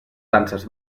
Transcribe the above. danses